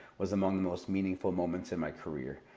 was among the most meaningful moments in my career,